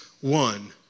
one